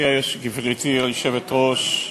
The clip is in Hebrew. גברתי היושבת-ראש,